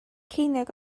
ceiniog